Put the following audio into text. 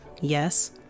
Yes